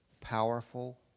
powerful